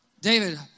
David